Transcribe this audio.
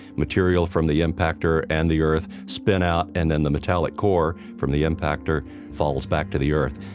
material from the impactor and the earth spin out, and then the metallic core from the impactor falls back to the earth.